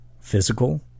physical